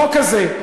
החוק הזה,